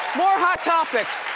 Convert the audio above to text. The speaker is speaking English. more hot topics.